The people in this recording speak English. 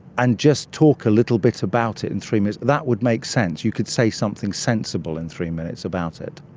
and just talk a little bit about it in three minutes, that would make sense, you could say something sensible in three minutes about it.